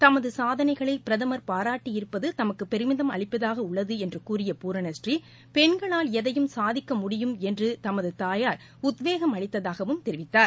தமது சாதனைகளை பிரதமர் பாராட்டியிருப்பது தமக்கு பெருமிதம் அளிப்பதாக உள்ளது என்று கூறிய பூரணபூரீ பெண்களால் எதையும் சாதிக்கமுடியும் என்று தமது தாயார் உத்வேகம் அளித்ததாகவும் தெரிவித்தார்